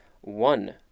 one